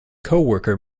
coworker